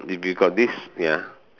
if you got this ya